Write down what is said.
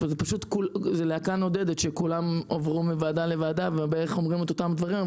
זאת להקה נודדת שכולם עברו מוועדה לוועדה ובערך אומרים את אותם דברים.